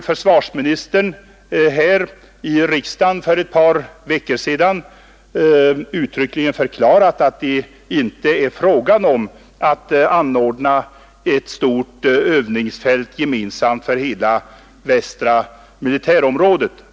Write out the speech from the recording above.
Försvarsministern har här i riksdagen för ett par veckor sedan uttryckligen förklarat att det inte är fråga om att anordna ett stort övningsfält gemensamt för hela västra militärområdet.